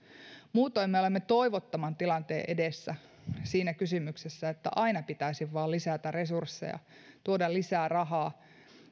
muutoin me olemme toivottoman tilanteen edessä siinä kysymyksessä että aina pitäisi vain lisätä resursseja tuoda lisää rahaa